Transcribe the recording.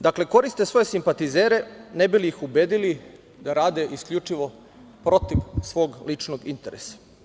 Dakle, koriste svoje simpatizere ne bi li ih ubedili da rade isključivo protiv svog ličnog interesa.